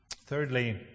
Thirdly